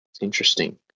interesting